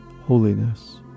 holiness